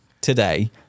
today